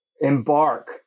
embark